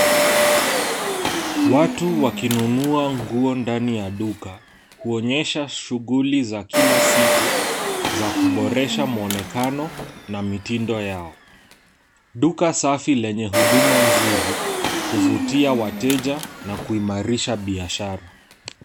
Watu wakinunua nguo ndani ya duka kuonyesha shughuli za kila siku za kuboresha mwonekano na mitindo yao. Duka safi lenye huduma nzuri huvutia wateja na kuimarisha biashara.